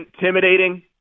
intimidating